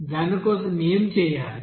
దాని కోసం మీరు ఏమి చేయాలి